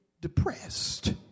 depressed